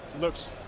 looks